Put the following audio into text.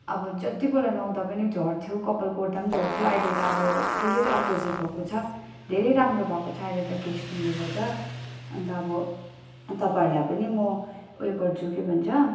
अब जतिपल्ट नुहाउँदा पनि झर्थ्यो कपाल कोर्दा पनि झर्थ्यो अहिले त अब टोटल्ली अपोजिट भएको छ धेरै राम्रो भएको छ अहिले त केश किङले गर्दा अन्त अब तपाईँहरूलाई पनि म उयो गर्छु के भन्छ